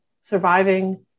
surviving